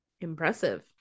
Impressive